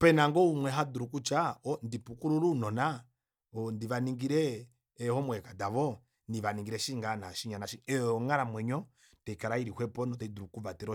pena ngoo umwe hadulu kutya oo ndipukulule ounona ndivaningile ee homework davo nandi vaningile eshi ngaha naashinya nashinya ei oyo onghalamwenyo taikala ili xwepo nota idulu okuvatela